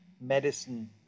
medicine